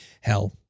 hell